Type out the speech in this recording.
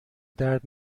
درد